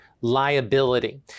liability